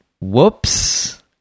whoops